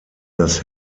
das